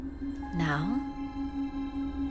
Now